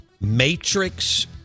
Matrix